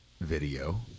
video